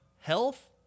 health